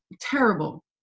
terrible